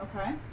Okay